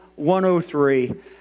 103